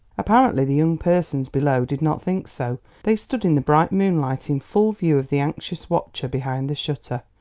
apparently the young persons below did not think so. they stood in the bright moonlight in full view of the anxious watcher behind the shutter,